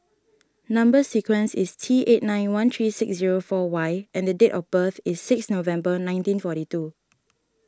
Number Sequence is T eight nine one three six zero four Y and the date of birth is six November nineteen forty two